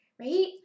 right